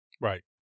Right